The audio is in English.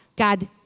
God